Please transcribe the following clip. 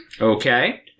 Okay